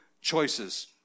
choices